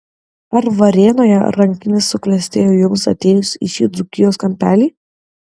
ar varėnoje rankinis suklestėjo jums atėjus į šį dzūkijos kampelį